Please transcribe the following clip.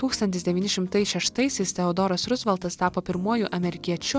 tūkstantis devyni šimtai šeštaisiais teodoras ruzveltas tapo pirmuoju amerikiečiu